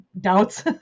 doubts